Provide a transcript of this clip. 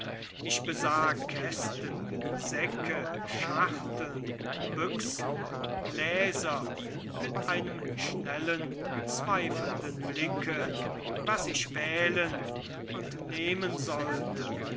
ich besah kästen säcke schachteln büchsen gläser mit einem schnellen zweifelnden blicke was ich wählen und nehmen sollte